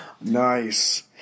Nice